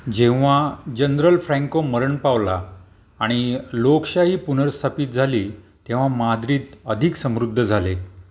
जेव्हा general Franco मरण पावला आणि लोकशाही पुनर्स्थापित झाली तेव्हा माद्रिद अधिक समृद्ध झाले